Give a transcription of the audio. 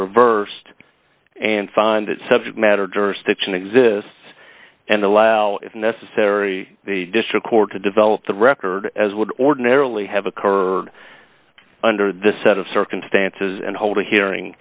reversed and find that subject matter jurisdiction exists and allow if necessary the district court to develop the record as would ordinarily have occurred under this set of circumstances and hold a hearing